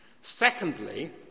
secondly